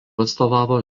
atstovavo